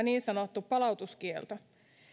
niin sanottu palautuskielto